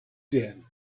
din